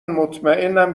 مطمئنم